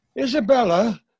Isabella